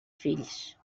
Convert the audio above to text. fills